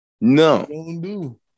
No